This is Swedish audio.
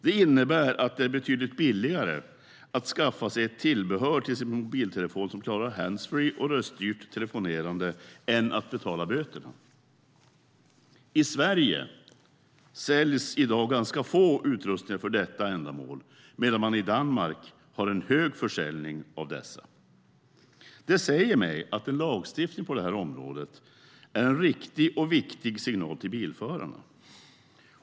Det innebär att det är betydligt billigare att skaffa sig ett tillbehör till sin mobiltelefon som klarar handsfree och röststyrt telefonerande än att betala böterna. I Sverige säljs i dag ganska få utrustningar för detta ändamål, medan man i Danmark har en stor försäljning av dessa. Det säger mig att en lagstiftning på området är en riktig och viktig signal till bilförarna.